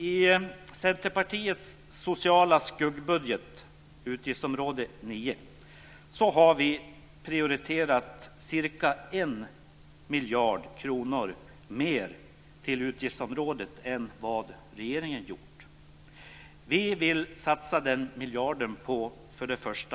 I Centerpartiets sociala skuggbudget för utgiftsområde 9 har vi prioriterat cirka en miljard kronor mer än vad regeringen har gjort. Vi vill satsa den miljarden på följande sätt: 1.